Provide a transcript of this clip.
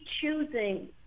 choosing